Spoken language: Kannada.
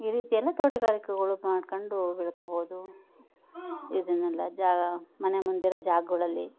ಈ ರೀತಿ ಎಲ್ಲ ತೋಟಗಾರಿಕೆಗಳು ಮಾಡ್ಕೊಂಡು ಬೆಳ್ಕೊಬೋದು ಇದನ್ನೆಲ್ಲ ಜಾ ಮನೆ ಮುಂದೆ ಇರೋ ಜಾಗಗಳಲ್ಲಿ